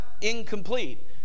incomplete